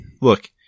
Look